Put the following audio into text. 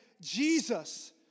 Jesus